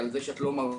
על זה שאת לא מרפה,